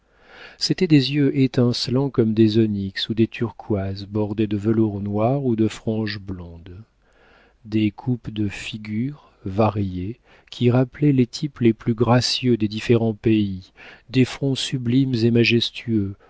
c'étaient des yeux étincelants comme des onyx ou des turquoises bordées de velours noir ou de franges blondes de coupes de figures variées qui rappelaient les types les plus gracieux des différents pays des fronts sublimes et majestueux